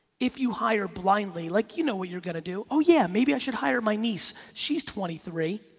if you hire blindly, like you know what you're gonna do. oh yeah, maybe i should hire my niece, she's twenty three.